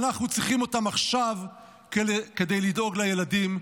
אנחנו צריכים אותם עכשיו כדי לדאוג לילדים,